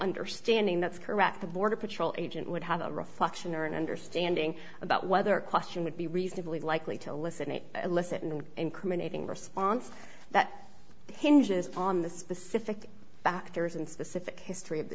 understanding that's correct the border patrol agent would have a reflection or an understanding about whether question would be reasonably likely to listen and listen and incriminating response that hinges on the specific factors and specific history of the